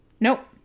Nope